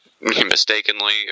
mistakenly